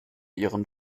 ihren